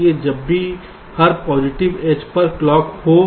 इसलिए जब भी हर पॉजिटिव एज पर क्लॉक हो